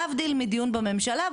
להבדיל מדיון בממשלה,